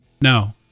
no